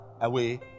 away